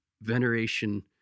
Veneration